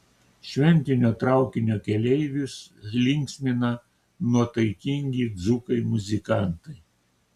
šventinio traukinio keleivius linksmina nuotaikingi dzūkai muzikantai